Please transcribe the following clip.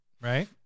Right